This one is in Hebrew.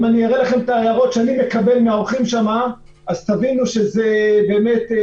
אם אני אראה לכם את הטענות שאני מקבל מהאורחים תבינו על מה מדובר.